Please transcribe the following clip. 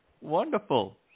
Wonderful